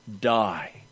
die